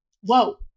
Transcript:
whoa